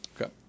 Okay